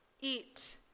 eat